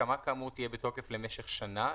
הסכמה כאמור תהיה בתוקף למשך שנה,